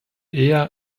eher